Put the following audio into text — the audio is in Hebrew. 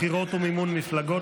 בחירות ומימון מפלגות,